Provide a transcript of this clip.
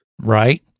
Right